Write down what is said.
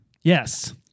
Yes